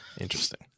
Interesting